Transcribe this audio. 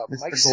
mike